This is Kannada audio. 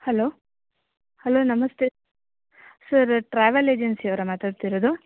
ಹಲೋ ಹಲೋ ನಮಸ್ತೆ ಸರ್ ಟ್ರಾವೆಲ್ ಏಜೆನ್ಸಿಯವರಾ ಮಾತಾಡ್ತಿರೋದು